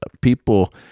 people